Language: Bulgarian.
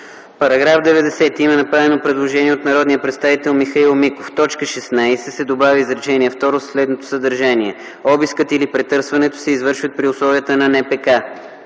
По § 90 има направено предложение от народния представител Михаил Миков: В т. 16 се добавя изречение второ със следното съдържание: „Обискът или претърсването се извършват при условията на НПК.”